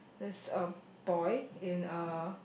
there's a boy in a